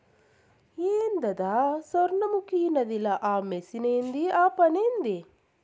ఏందద సొర్ణముఖి నదిల ఆ మెషిన్ ఏంది ఆ పనేంది